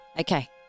Okay